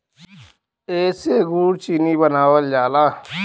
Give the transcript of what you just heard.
एसे गुड़ चीनी बनावल जाला